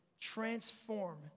transform